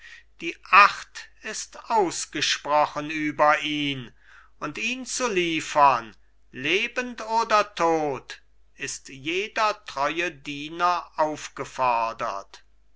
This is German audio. die acht ist ausgesprochen über ihn und ihn zu liefern lebend oder tot ist jeder treue diener aufgefodert